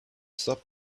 stop